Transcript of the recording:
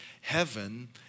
Heaven